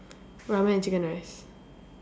ramen and chicken rice